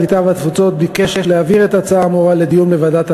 הקליטה והתפוצות ביקש להעביר את ההצעה האמורה לדיון בוועדת העלייה,